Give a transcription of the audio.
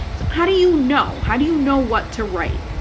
so how do you know? how do you know what to write?